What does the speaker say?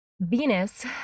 Venus